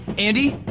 andi?